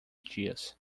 dias